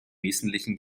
wesentlichen